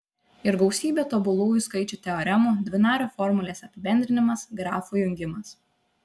ir gausybė tobulųjų skaičių teoremų dvinario formulės apibendrinimas grafų jungimas